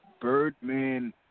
Birdman